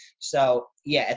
so yeah,